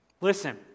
Listen